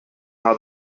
how